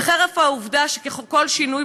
חרף העובדה שכל שינוי